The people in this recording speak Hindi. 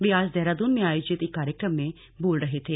वे आज देहरादून में आयोजित एक कार्यक्रम में बोल रहे थे